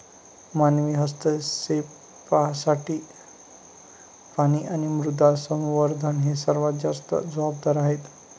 मानवी हस्तक्षेपासाठी पाणी आणि मृदा संवर्धन हे सर्वात जास्त जबाबदार आहेत